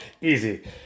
easy